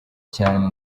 cyane